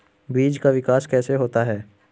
बीज का विकास कैसे होता है?